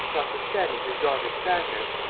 notwithstanding his daughter's sadness,